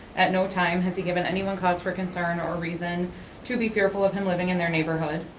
at no time has he given anyone cause for concern or reason to be fearful of him living in their neighborhood.